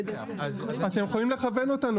אתם יכולים לכוון אותנו.